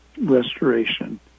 restoration